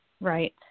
Right